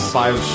five